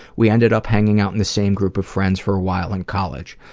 we ended up hanging out in the same group of friends for a while in college.